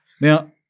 Now